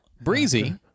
Breezy